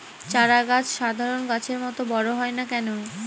চারা গাছ সাধারণ গাছের মত বড় হয় না কেনো?